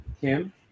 Kim